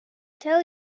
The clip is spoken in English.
tell